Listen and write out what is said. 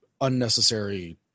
unnecessary